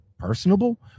personable